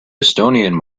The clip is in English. estonian